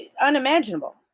unimaginable